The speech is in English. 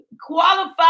Qualify